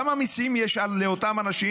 כמה מיסים יש על אותם אנשים?